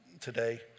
today